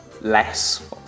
less